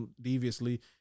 deviously